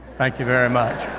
thank you very much.